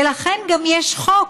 ולכן גם יש חוק,